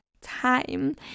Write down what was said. time